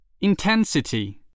Intensity